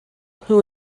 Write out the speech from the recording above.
who